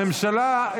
הממשלה,